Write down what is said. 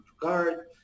guard